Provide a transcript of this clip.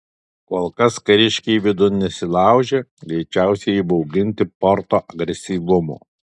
kol kas kariškiai vidun nesilaužė greičiausiai įbauginti porto agresyvumo